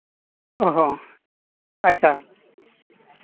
ᱦᱚᱸ ᱦᱚᱸ ᱟᱪᱪᱷᱟ